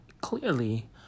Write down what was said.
Clearly